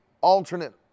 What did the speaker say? alternate